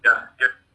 ya hear already